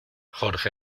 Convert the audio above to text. jorge